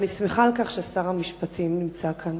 ואני שמחה על כך ששר המשפטים נמצא כאן.